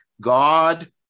God